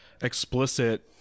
explicit